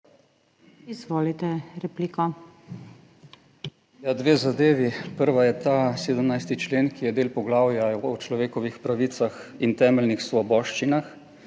(PS SDS): Ja, dve zadevi. Prva je ta 17. člen, ki je del poglavja o človekovih pravicah in temeljnih svoboščinah